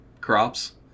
crops